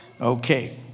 okay